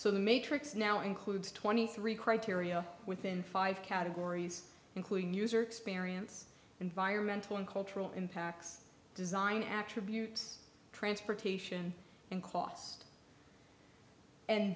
so the matrix now includes twenty three criteria within five categories including user experience environmental and cultural impacts design attributes transportation and cost and